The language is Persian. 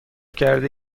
کرده